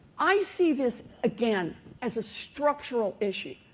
i see this again as a structural issue.